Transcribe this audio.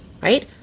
right